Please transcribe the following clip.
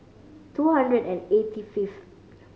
two hundred and eighty fifth